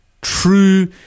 true